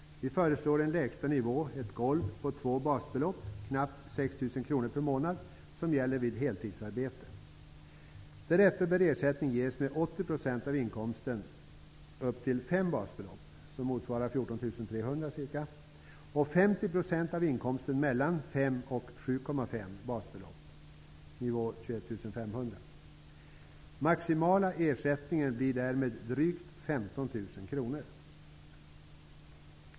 Vi föreslår en lägsta nivå, ett golv, på 2 basbelopp, knappt 6 000 kr per månad, som skall gälla vid heltidsarbete. Därefter bör ersättning ges motsvarande 80 % av inkomsten upp till 5 av inkomsten mellan 5 och 7,5 basbelopp, en nivå på 21 500 kr. Den maximala ersättningen blir därmed drygt 15 000 kr.